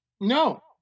No